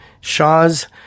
Shaw's